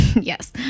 Yes